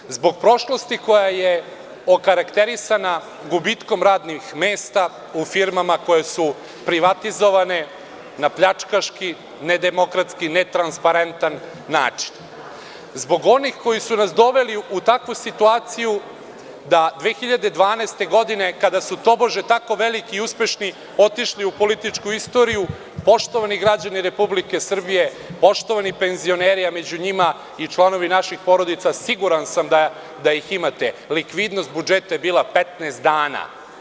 Dakle, zbog prošlosti koja je okarakterisana gubitkom radnih mesta u firmama koje su privatizovane na pljačkaški, nedemokratski, netransparentan način, zbog onih koji su nas doveli u takvu situaciju da 2012. godine, kada su tobože tako veliki i uspešni otišli u političku istoriju, poštovani građani Republike Srbije, poštovani penzioneri, a među njima i članovi naših porodica, a siguran sam da ih imate, likvidnost budžeta je bila 15 dana.